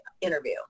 interview